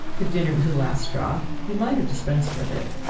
the dinner was the last straw you might have dispensed with it.